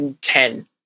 ten